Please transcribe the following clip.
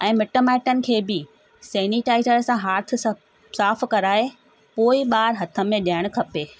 ऐं मिट माइटनि खे बि सैनिटाइजर सां हथ साफ़ु कराए पोइ ई ॿारु हथ में ॾियणु खपे